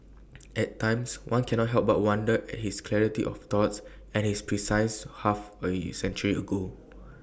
at times one cannot help but wonder at his clarity of thought and his precise half A E century ago